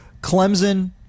Clemson